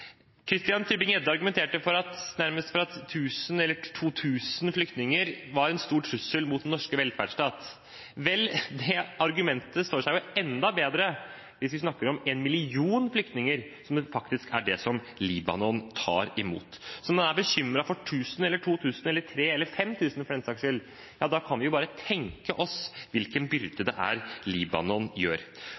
Christian Tybring-Gjedde argumenterte nærmest for at 1 000 – eller 2 000 – flyktninger var en stor trussel mot den norske velferdsstat. Vel, det argumentet står seg jo enda bedre hvis vi snakker om en million flyktninger, som faktisk er det som Libanon tar imot! Så når han er bekymret for 1 000, 2 000, 3 000 – eller 5 000, for den saks skyld – ja, da kan vi bare tenke oss hvilken byrde Libanon tar på seg. Det